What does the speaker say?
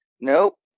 Nope